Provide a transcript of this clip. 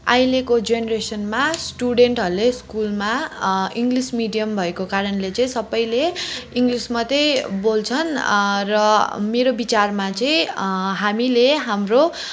अहिलेको जेनरेसनमा स्टुडेन्टहरूले स्कुलमा इङ्गलिस मिडियम भएको कारणले चाहिँ सबैले इङ्गलिस मात्रै बोल्छन् र मेरो विचारमा चाहिँ हामीले हाम्रो